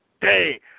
day